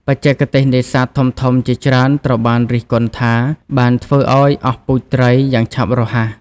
បច្ចេកទេសនេសាទធំៗជាច្រើនត្រូវបានរិះគន់ថា បានធ្វើឱ្យ អស់ពូជត្រី យ៉ាងឆាប់រហ័ស។